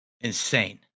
insane